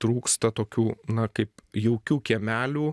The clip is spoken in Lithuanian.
trūksta tokių na kaip jaukių kiemelių